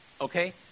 Okay